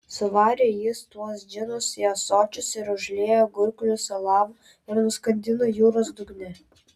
suvarė jis tuos džinus į ąsočius ir užliejo gurklius alavu ir nuskandino jūros dugne